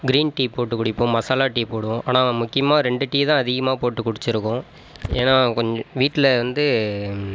green tea போட்டு குடிப்போம் masala tea போடுவோம் ஆனால் முக்கியமாக ரெண்டு டீ தான் அதிகமாக போட்டு குடிச்சிருக்கோம் ஏன்னால் கொஞ்சம் வீட்டில் வந்து